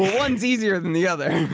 one's easier than the other.